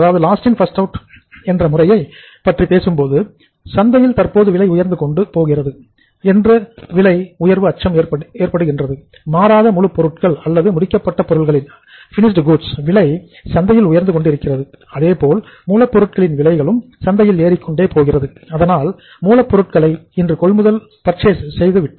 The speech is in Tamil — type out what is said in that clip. லாஸ்ட் இன் பஸ்ட் அவுட் முறை செய்து விட்டோம்